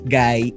guy